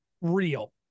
Real